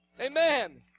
Amen